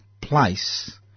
place